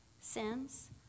sins